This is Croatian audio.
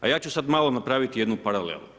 A ja ću sad malo napraviti jednu paralelu.